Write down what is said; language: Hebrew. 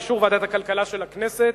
באישור ועדת הכלכלה של הכנסת,